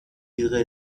ihre